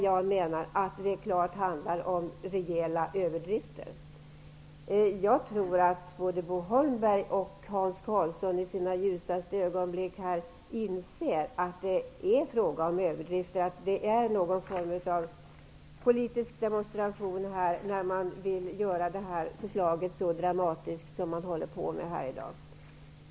Jag menar att det här handlar om rejäla överdrifter. Jag tror att både Bo Holmberg och Hans Karlsson i sina ljusaste ögonblick inser att det är fråga om överdrifter. Det är någon form av politisk demonstration när man vill göra det här förslaget så dramatiskt som man gör i dag.